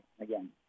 again